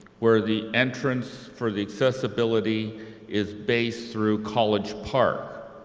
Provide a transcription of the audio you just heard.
where the entrance for the accessibility is based through college park.